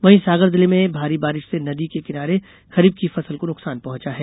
वहीं सागर जिले में भारी बारिश से नदी के किनारे खरीफ की फसल को नुकसान पहुंचा है